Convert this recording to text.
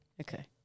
Okay